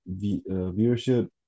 viewership